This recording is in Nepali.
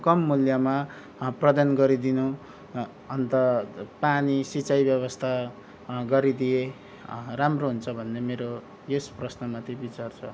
कम मूल्यमा प्रदान गरिदिनु अन्त पानी सिँचाइ व्यवस्था गरिदिए राम्रो हुन्छ भन्ने मेरो यस प्रश्नमाथि विचार छ